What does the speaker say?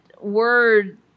word